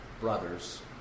brothers